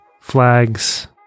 flags